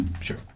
Sure